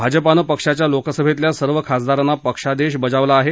भाजपानं पक्षाच्या लोकसभेतील सर्व खासदारांना पक्षादेश बजावला आहे